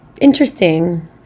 interesting